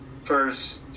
first